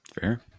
fair